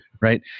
right